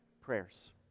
prayers